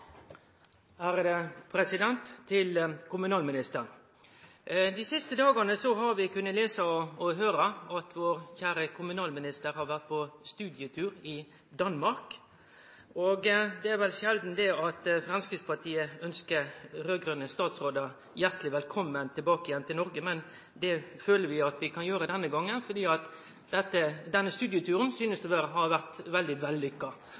at vår kjære kommunalminister har vore på studietur i Danmark. Det er vel sjeldan at Framstegspartiet ønskjer raud-grøne statsrådar hjarteleg velkomne tilbake til Noreg, men det føler vi at vi kan gjere denne gongen fordi denne studieturen synest å ha vore veldig vellukka. Det synest òg som om kommunalstatsråden har hatt eit stort og betydeleg fagleg utbytte av denne turen. På mange måtar synest